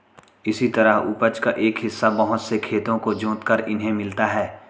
इसी तरह उपज का एक हिस्सा बहुत से खेतों को जोतकर इन्हें मिलता है